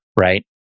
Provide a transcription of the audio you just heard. right